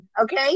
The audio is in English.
okay